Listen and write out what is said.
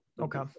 Okay